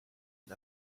and